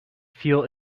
feel